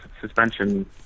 suspension